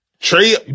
Trey